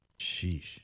sheesh